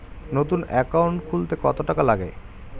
নতুন একাউন্ট খুলতে কত টাকা লাগে?